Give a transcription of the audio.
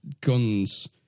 guns